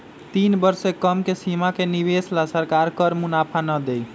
तीन वर्ष से कम के सीमा के निवेश ला सरकार कर मुनाफा ना देई